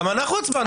גם אנחנו הצבענו ככה.